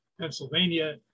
Pennsylvania